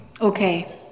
Okay